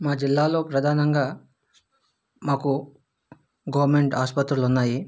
మా జిల్లాలో ప్రధానంగా మాకు గవర్నమెంట్ ఆస్పత్రులు ఉన్నాయి